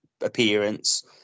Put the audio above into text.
appearance